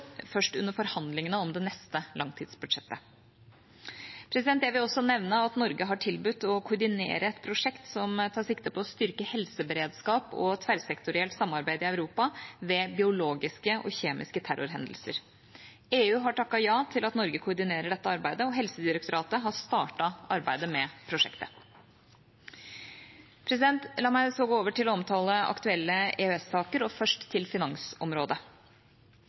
først under forhandlingene om det neste langtidsbudsjettet. Jeg vil også nevne at Norge har tilbudt å koordinere et prosjekt som tar sikte på å styrke helseberedskap og tverrsektorielt samarbeid i Europa ved biologiske og kjemiske terrorhendelser. EU har takket ja til at Norge koordinerer dette arbeidet, og Helsedirektoratet har startet arbeidet med prosjektet. La meg så gå over til å omtale aktuelle EØS-saker. Først til finansområdet: